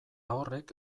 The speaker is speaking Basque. horrek